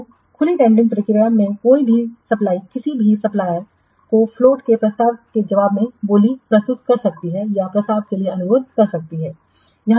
तो खुली टेंडरिंगप्रक्रिया में कोई भी सप्लाई किसी भी सप्लायरकोफ्लोटके प्रस्ताव के जवाब में बोली प्रस्तुत कर सकती है या प्रस्ताव के लिए अनुरोध कर सकती है